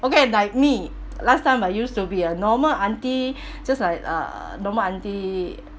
okay like me last time I used to be a normal aunty just like uh normal aunty